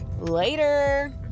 Later